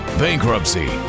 bankruptcy